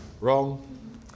wrong